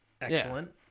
excellent